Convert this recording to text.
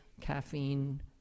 caffeine